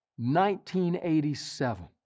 1987